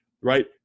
right